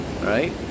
right